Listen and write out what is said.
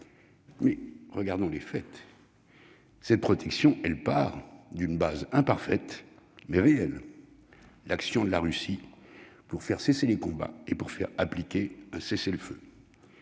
regardons les faits. Cette protection part d'une base imparfaite, mais réelle : l'action de la Russie pour faire cesser les combats et pour faire appliquer un cessez-le-feu.